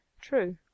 true